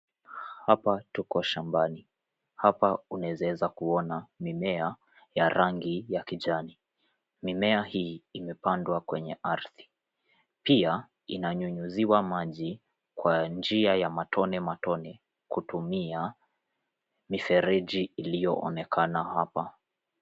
Hapa tuko shambani. Hapa unaweza weza kuona mimea ya rangi ya kijani. Mimea hii imepandwa kwenye ardhi, pia inanyunyiziwa maji kwa njia ya matone matone kutumia mifereji iliyoonekana hapa.